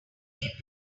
played